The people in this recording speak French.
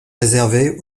réservés